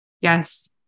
yes